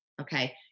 Okay